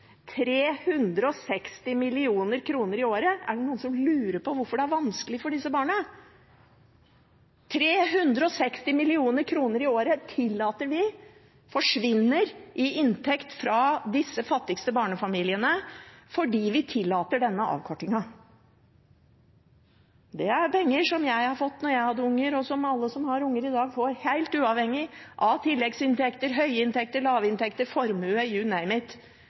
360 mill. kr i året. Er det noen som lurer på hvorfor det er vanskelig for disse barna? 360 mill. kr i året tillater vi at forsvinner i inntekt fra disse fattigste barnefamiliene fordi vi tillater denne avkortingen. Det er penger som jeg fikk da jeg hadde unger, og som alle som har unger i dag, får, helt uavhengig av tilleggsinntekter – høyinntekter, lavinntekter, formue,